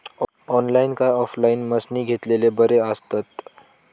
Online काय offline मशीनी घेतलेले बरे आसतात?